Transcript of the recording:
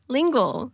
Lingual